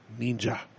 Ninja